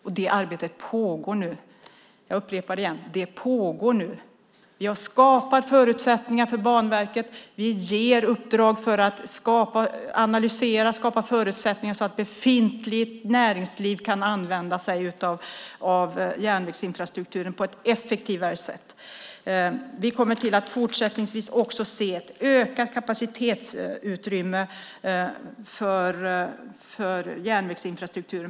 Det arbetet pågår nu. Jag upprepar det: Det pågår nu. Vi har skapat förutsättningar för Banverket. Vi ger i uppdrag att analysera och skapa förutsättningar så att befintligt näringsliv kan använda järnvägsinfrastrukturen på ett effektivare sätt. Vi kommer fortsättningsvis också att se ett ökat kapacitetsutrymme för järnvägsinfrastrukturen.